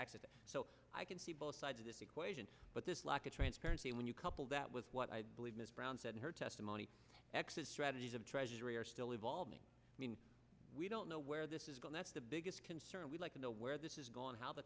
access so i can see both sides of this equation but this lack of transparency when you couple that with what i believe miss brown said in her testimony exit strategies of treasury are still evolving i mean we don't know where this is going that's the biggest concern we'd like to know where this is going how the